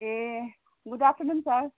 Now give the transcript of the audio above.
A good afternoon sir